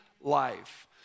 life